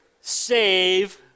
save